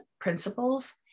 principles